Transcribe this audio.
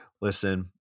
listen